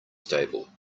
stable